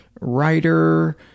writer